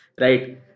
Right